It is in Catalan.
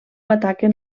ataquen